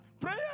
Prayer